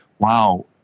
wow